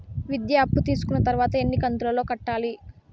విద్య అప్పు తీసుకున్న తర్వాత ఎన్ని కంతుల లో కట్టాలి?